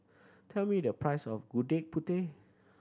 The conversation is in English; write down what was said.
tell me the price of Gudeg Putih